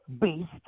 beast